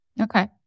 Okay